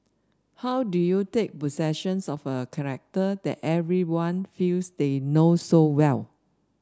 how do you take possession of a character that everyone feels they know so well